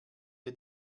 wir